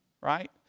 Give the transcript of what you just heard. right